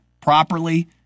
properly